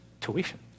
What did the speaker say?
tuition